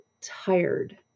tired